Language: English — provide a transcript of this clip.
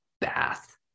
Bath